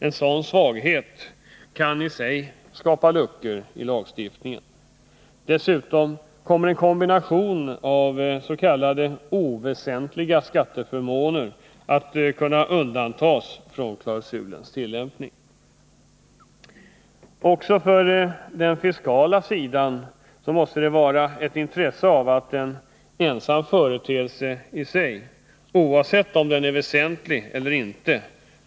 En sådan svaghet kan i sig skapa luckor i lagen. Dessutom kommer en kombination av s.k. ”oväsentliga skatteförmåner” att kunna undantas från klausulens tillämpning. Också för den fiskala sidan måste det vara ett intresse att klausulen blir tillämplig på en ensam företeelse i sig, oavsett om denna är väsentlig eller inte.